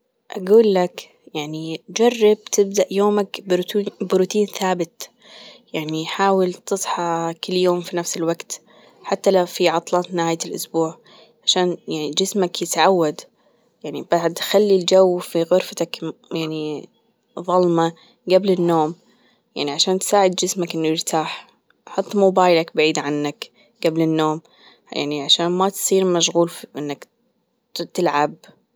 أجول لك يعني جرب تبدأ يومك بروتين ثابت، يعني حاول تصحى كل يوم في نفس الوقت، حتى لو في عطلات نهاية الأسبوع عشان يعني جسمك يتعود يعني بعد خلي الجو في غرفتك يعني ظلمة جبل النوم يعني عشان تساعد جسمك إنه يرتاح حط موبايلك بعيد عنك جبل النوم يعني عشان ما تصير مشغول إنك تلعب.